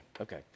okay